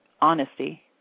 honesty